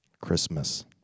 Christmas